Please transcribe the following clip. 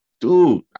dude